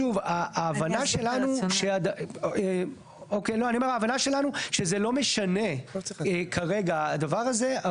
אני אומר, ההבנה שלנו שזה לא משנה כרגע הדבר הזה.